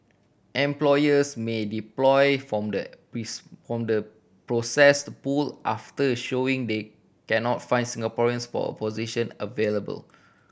employers may employ from the from the processed pool after a showing they cannot find Singaporeans for a position available